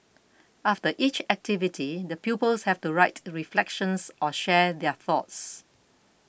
after each activity the pupils have to write reflections or share their thoughts